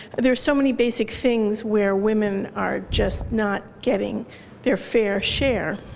there's so many basic things where women are just not getting their fair share.